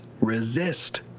Resist